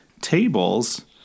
tables